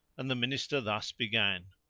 and the minister thus began